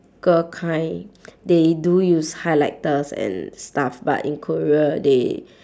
ca~ kind they do use highlighters and stuff but in korea they